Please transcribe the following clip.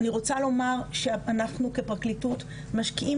אני רוצה לומר שאנחנו כפרקליטות משקיעים